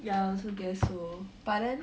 ya I also guess so but then